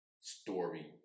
story